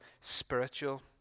spiritual